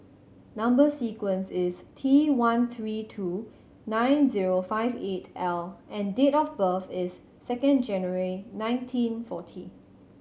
number sequence is T one three two nine zero five eight L and date of birth is second January nineteen forty